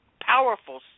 powerful